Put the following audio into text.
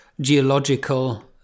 geological